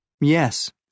Yes